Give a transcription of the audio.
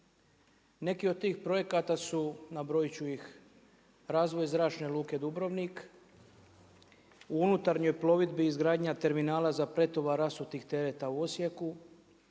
Neki od tih projekata su, nabrojiti ću ih, razvoj zračne luke Dubrovnik, u unutarnjoj plovidbi izgradnja terminala za pretovar rasutih tereta u Osijeku.